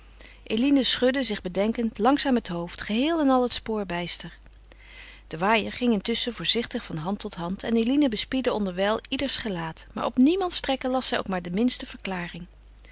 eline schudde zich bedenkend langzaam het hoofd geheel en al het spoor bijster de waaier ging intusschen voorzichtig van hand tot hand en eline bespiedde onderwijl ieders gelaat maar op niemands trekken las zij ook maar de minste verklaring